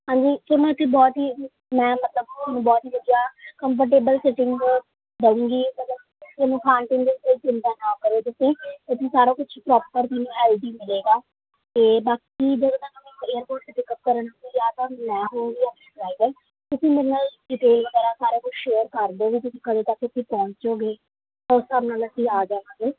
ਹਾਂਜੀ ਫਿਰ ਮੈਂ ਉੱਥੇ ਬਹੁਤ ਹੀ ਮੈਂ ਮਤਲਬ ਤੁਹਾਨੂੰ ਬਹੁਤ ਹੀ ਵਧੀਆ ਕਨਫਰਟੇਬਲ ਸੀਟਿੰਗ ਦਊਂਗੀ ਮਤਲਬ ਤੁਹਾਨੂੰ ਖਾਣ ਪੀਣ ਦੀ ਕੋਈ ਚਿੰਤਾਂ ਨਾ ਕਰਿਓ ਤੁਸੀਂ ਤੁਸੀਂ ਸਾਰਾ ਕੁਛ ਪ੍ਰੋਪਰ ਤੁਹਾਨੂੰ ਮਿਲੇਗਾ ਅਤੇ ਬਾਕੀ ਜਦੋਂ ਤੁਹਾਨੂੰ ਏਅਰਪੋਰਟ 'ਤੇ ਪਿੱਕਅਪ ਕਰਨ ਜਾਂ ਤਾਂ ਮੈਂ ਹੋਊਂਗੀ ਜਾਂ ਫਿਰ ਡਰਾਇਵਰ ਤੁਸੀਂ ਮੇਰੇ ਨਾਲ ਡੀਟੇਲ ਵਗੈਰਾ ਸਾਰਾ ਕੁਛ ਸ਼ੇਅਰ ਕਰ ਦਿਓ ਵੀ ਤੁਸੀਂ ਕਦੋਂ ਤੱਕ ਇੱਥੇ ਪਹੁੰਚੋਗੇ ਤਾਂ ਉਸ ਹਿਸਾਬ ਨਾਲ ਮੈਂ ਫਿਰ ਆ ਜਾਵਾਂਗੀ